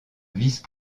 vice